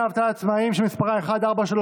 דמי אבטלה לעצמאים בתקופת הקורונה) (הוראת שעה),